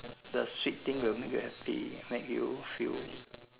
the sweet thing will make you happy make you feel